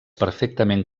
perfectament